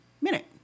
minute